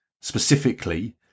specifically